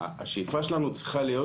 השאיפה שלנו צריכה להיות,